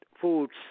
foods